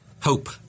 hope